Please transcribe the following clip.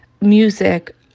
music